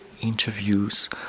Interviews